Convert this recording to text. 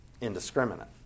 indiscriminate